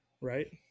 right